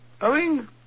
Owing